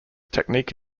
technique